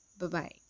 Bye-bye